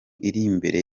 imbere